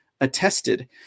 attested